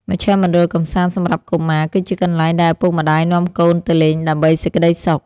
មជ្ឈមណ្ឌលកម្សាន្តសម្រាប់កុមារ គឺជាកន្លែងដែលឪពុកម្តាយនាំកូនទៅលេងដើម្បីសេចក្តីសុខ។